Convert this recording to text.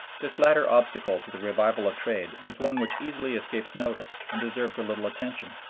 this latter obstacle to the revival of trade is one which easily escapes notice and deserves a little attention.